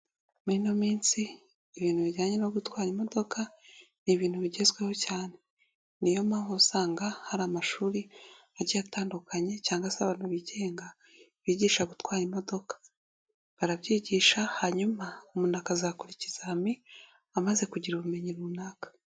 Muri ino minsi ibintu bijyanye no gutwara imodoka ni ibintu bigezweho cyane, ni yo mpamvu usanga hari amashuri agiye atandukanye cyangwa se abantu bigenga bigisha gutwara imodoka, barabyigisha hanyuma umuntu akazakora ikizami amaze kugira ubumenyi runaka.